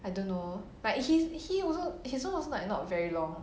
I don't know like he's he also his long is never not very long